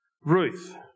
Ruth